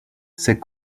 ces